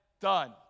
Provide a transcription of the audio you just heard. done